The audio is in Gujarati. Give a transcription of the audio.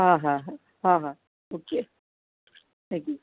હા હા હા હા હા ઓકે થેન્ક યુ